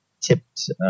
tipped